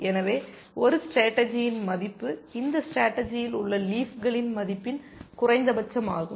எனவே ஒரு ஸ்டேடர்ஜியின் மதிப்பு இந்த ஸ்டேடர்ஜியில் உள்ள லீஃப்களின் மதிப்பின் குறைந்தபட்சமாகும்